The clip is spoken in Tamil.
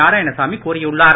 நாராயணசாமி கூறியுள்ளார்